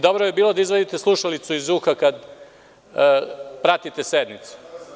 Dobro bi bilo da izvadite slušalicu iz uha kada pratite sednicu.